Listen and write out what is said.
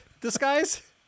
Disguise